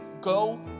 go